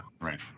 right